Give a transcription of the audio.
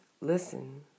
listen